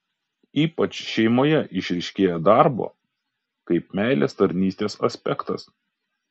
ypač šeimoje išryškėja darbo kaip meilės tarnystės aspektas